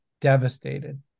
devastated